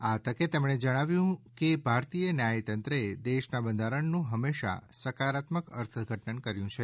આ તકે તેમણે જણાવ્યું કે ભારતીય ન્યાયતંત્રે દેશના બંધારણનું હંમેશા સકારાત્મક અર્થઘટન કર્યુ છે